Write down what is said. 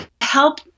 help